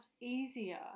easier